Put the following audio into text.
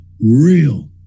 real